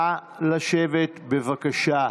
נא לשבת, בבקשה.